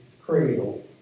cradle